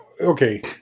okay